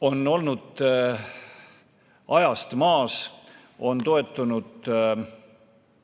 on olnud ajast maas, on toetunud ebaõigetele